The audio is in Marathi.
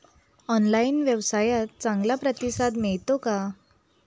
ऑनलाइन व्यवसायात चांगला प्रतिसाद मिळतो का?